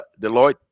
Deloitte